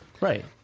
Right